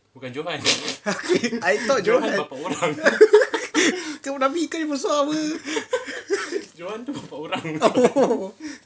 I thought johan tu ikan keli besar [pe] oh